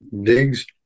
digs